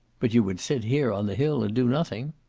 but you would sit here, on the hill, and do nothing.